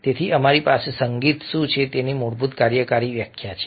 તેથી અમારી પાસે સંગીત શું છે તેની મૂળભૂત કાર્યકારી વ્યાખ્યા છે